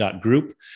Group